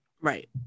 right